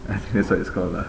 ah that's what it's called lah